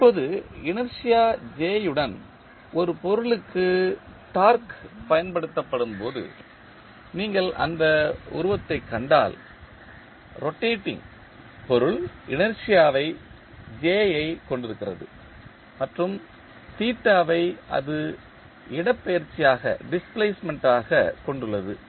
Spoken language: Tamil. இப்போது இனர்ஷியா J உடன் ஒரு பொருளுக்கு டார்க்கு பயன்படுத்தப்படும் போது நீங்கள் அந்த உருவத்தைக் கண்டால் ரொட்டேடிங் பொருள் இனர்ஷியா J ஐக் கொண்டிருக்கிறது மற்றும் வை அது இடப்பெயர்ச்சியாக கொண்டுள்ளது